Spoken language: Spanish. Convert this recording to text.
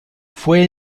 fue